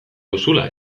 duzula